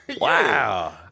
Wow